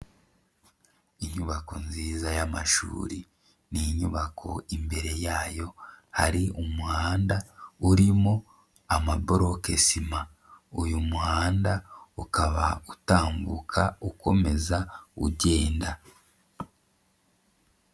Inyubako nziza y'amashuri ni inyubako imbere yayo hari umuhanda urimo amaboroke sima, uyu muhanda ukaba utambuka ukomeza ugenda.